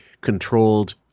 controlled